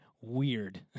weird